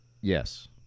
Yes